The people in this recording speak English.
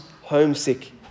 homesick